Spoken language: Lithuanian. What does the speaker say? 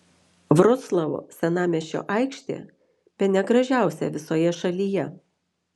vroclavo senamiesčio aikštė bene gražiausia visoje šalyje